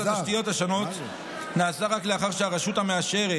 התשתית השונות נעשה רק לאחר שהרשות המאשרת,